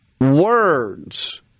words